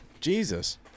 Jesus